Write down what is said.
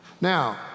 Now